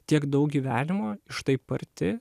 tiek daug gyvenimo iš taip arti